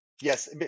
yes